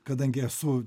kadangi esu